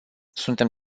suntem